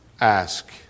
ask